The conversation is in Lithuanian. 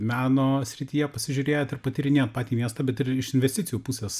meno srityje pasižiūrėt ir patyrinėt patį miestą bet ir iš investicijų pusės